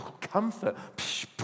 Comfort